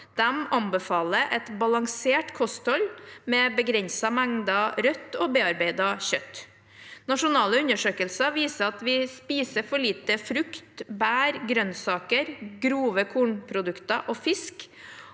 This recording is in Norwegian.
De anbefaler et balansert kosthold med begrensede mengder rødt og bearbeidet kjøtt. Nasjonale undersøkelser viser at vi spiser for lite frukt, bær, grønnsaker, grove kornprodukter og fisk,